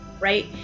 right